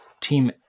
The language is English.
Team